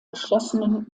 geschlossenen